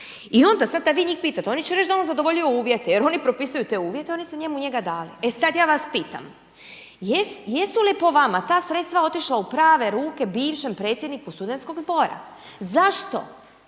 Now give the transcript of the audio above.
I onda sad kada vi njih pitate, oni će reći da je on zadovoljio uvjete jer oni propisuju te uvjete, oni su njemu njega dali. E sada ja vas pitam. Jesu li po vama ta sredstva otišla u prave ruke bivšem predsjedniku studentskog zbora. Zašto?